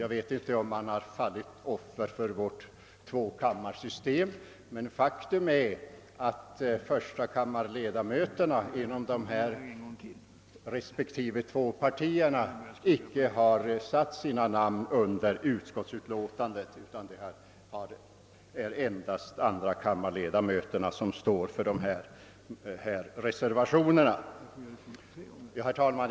Jag vet inte om man har fallit offer för vårt tvåkammarsystem, men faktum är att förstakammarledamöterna från dessa två partier inte har satt sina namn under de här reservationerna. Herr talman!